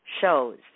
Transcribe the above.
shows